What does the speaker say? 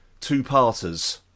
two-parters